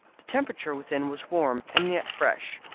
the temperature within was warm and yet fresh,